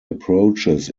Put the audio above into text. approaches